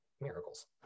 miracles